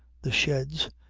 the sheds,